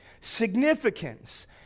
significance